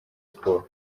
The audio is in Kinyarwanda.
sports